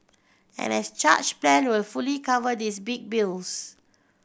an as charged plan will fully cover these big bills